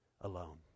alone